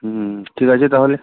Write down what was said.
হুম ঠিক আছে তাহলে